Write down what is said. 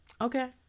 Okay